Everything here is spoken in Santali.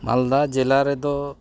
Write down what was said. ᱢᱟᱞᱫᱟ ᱡᱮᱞᱟ ᱨᱮᱫᱚ